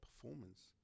performance